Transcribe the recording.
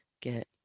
get